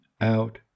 out